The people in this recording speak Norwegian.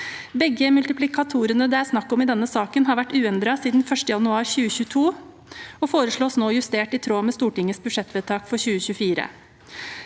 Begge multiplikatorene det er snakk om i denne saken, har vært uendret siden 1. januar 2022 og foreslås nå justert i tråd med Stortingets budsjettvedtak for 2024.